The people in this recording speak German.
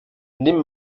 nimm